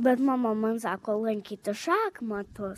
bet mama man sako lankyti šachmatus